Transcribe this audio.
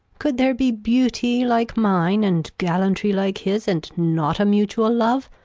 cou'd there be beauty like mine, and gallantry like his. and not a mutual love?